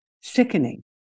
sickening